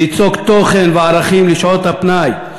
ליצוק תוכן וערכים לשעות הפנאי,